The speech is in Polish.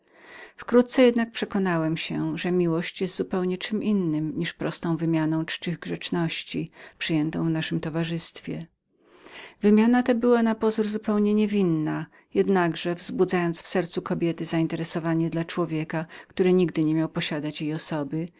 wkrótce jednak przekonałem się że miłość była zupełnie czem innem jak prostą wymianą czczych grzeczności przyjętą w naszem towarzystwie wymiana ta była zupełnie niewinną ale w skutkach zajmowała serce kobiety człowiekiem który nigdy nie miał posiadać jej osoby